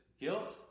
guilt